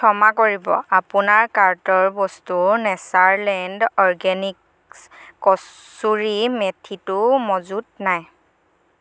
ক্ষমা কৰিব আপোনাৰ কাৰ্টৰ বস্তু নেচাৰলেণ্ড অৰগেনিকছ্ কছুৰী মেথিটো মজুত নাই